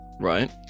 right